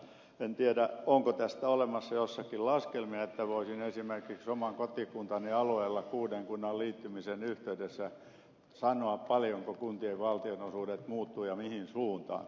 en tiedä onko tästä olemassa jossakin laskelmia että voisin esimerkiksi oman kotikuntani alueella kuuden kunnan liittymisen yhteydessä sanoa paljonko kuntien valtionosuudet muuttuvat ja mihin suuntaan